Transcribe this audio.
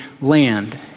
land